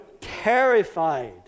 terrified